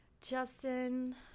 Justin